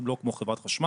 אתם לא כמו חברת חשמל,